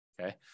Okay